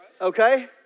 okay